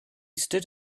stood